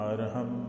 Arham